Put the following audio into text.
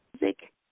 music